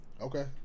Okay